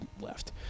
left